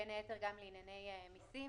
בין היתר גם לענייני מיסים.